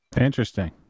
Interesting